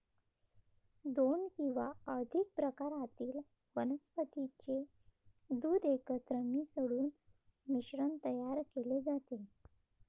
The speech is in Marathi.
दोन किंवा अधिक प्रकारातील वनस्पतीचे दूध एकत्र मिसळून मिश्रण तयार केले जाते